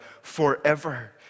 forever